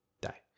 die